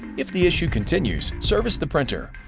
if the issue continues, service the printer.